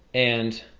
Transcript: and